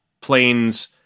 planes